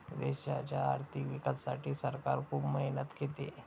देशाच्या आर्थिक विकासासाठी सरकार खूप मेहनत घेते